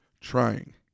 trying